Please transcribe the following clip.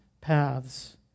paths